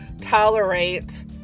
tolerate